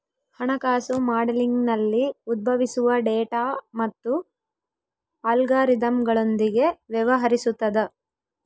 ಹಣಕಾಸು ಮಾಡೆಲಿಂಗ್ನಲ್ಲಿ ಉದ್ಭವಿಸುವ ಡೇಟಾ ಮತ್ತು ಅಲ್ಗಾರಿದಮ್ಗಳೊಂದಿಗೆ ವ್ಯವಹರಿಸುತದ